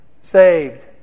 Saved